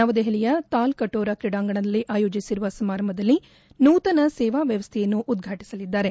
ನವದೆಹಲಿಯ ತಾಲ್ಕಟೋರ ಕ್ರೀಡಾಂಗಣದಲ್ಲಿ ಆಯೋಜಿಸಿರುವ ಸಮಾರಂಭದಲ್ಲಿ ನೂತನ ಸೇವಾ ವ್ಯವಸ್ಥೆಯನ್ನು ಉದ್ವಾಟಸಲಿದ್ದಾರೆ